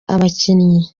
abakinnyi